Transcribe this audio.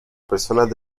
personas